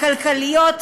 הכלכליות,